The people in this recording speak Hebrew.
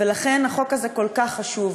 ולכן החוק הזה כל כך חשוב.